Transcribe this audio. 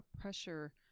pressure